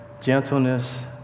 gentleness